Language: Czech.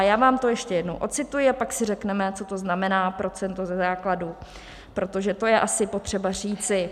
Já vám to ještě jednou odcituji, a pak si řekneme, co to znamená procento ze základu, protože to je asi potřeba říci.